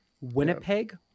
Winnipeg